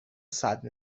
صدر